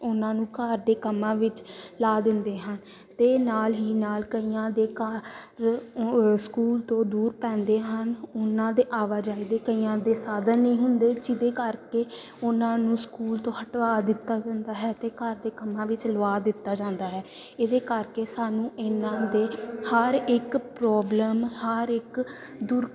ਉਹਨਾਂ ਨੂੰ ਘਰ ਦੇ ਕੰਮਾਂ ਵਿੱਚ ਲਾ ਦਿੰਦੇ ਹਾਂ ਅਤੇ ਨਾਲ ਹੀ ਨਾਲ ਕਈਆਂ ਦੇ ਘਰ ਓ ਸਕੂਲ ਤੋਂ ਦੂਰ ਪੈਂਦੇ ਹਨ ਉਹਨਾਂ ਦੇ ਆਵਾਜਾਈ ਦੇ ਕਈਆਂ ਦੇ ਸਾਧਨ ਨਹੀਂ ਹੁੰਦੇ ਜਿਹਦੇ ਕਰਕੇ ਉਹਨਾਂ ਨੂੰ ਸਕੂਲ ਤੋਂ ਹਟਵਾ ਦਿੱਤਾ ਜਾਂਦਾ ਹੈ ਅਤੇ ਘਰ ਦੇ ਕੰਮਾਂ ਵਿੱਚ ਲਵਾ ਦਿੱਤਾ ਜਾਂਦਾ ਹੈ ਇਹਦੇ ਕਰਕੇ ਸਾਨੂੰ ਇਹਨਾਂ ਦੇ ਹਰ ਇੱਕ ਪ੍ਰੋਬਲਮ ਹਰ ਇੱਕ ਦੂਰ